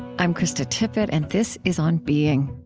i'm krista tippett, and this is on being